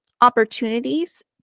opportunities